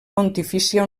pontifícia